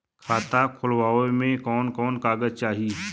खाता खोलवावे में कवन कवन कागज चाही?